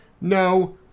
No